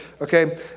Okay